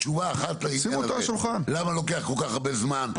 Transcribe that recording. תשובה אחת איך למה לוקח כל כך הרבה זמן?